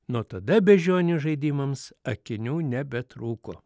nuo tada beždžionių žaidimams akinių nebetrūko